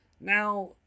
Now